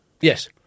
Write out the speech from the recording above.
Yes